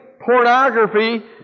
pornography